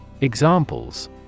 Examples